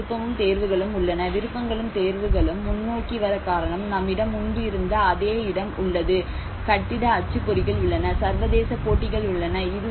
நமக்கு விருப்பமும் தேர்வுகளும் உள்ளன விருப்பங்களும் தேர்வுகளும் முன்னோக்கி வர காரணம் நம்மிடம் முன்பு இருந்த அதே இடம் உள்ளது கட்டிட அச்சுப்பொறிகள் உள்ளன சர்வதேச போட்டிகள் உள்ளன